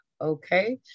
Okay